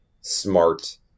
smart